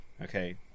Okay